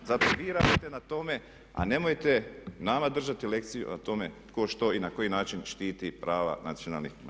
Zato vi radite na tome a nemojte nama držati lekciju o tome tko što i na koji način štiti prava nacionalnih manjina.